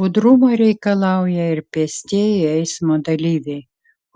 budrumo reikalauja ir pėstieji eismo dalyviai